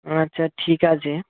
আচ্ছা ঠিক আছে